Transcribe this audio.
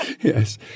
Yes